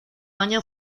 año